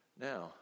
Now